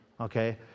okay